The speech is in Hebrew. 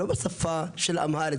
לא בשפה של אמהרית,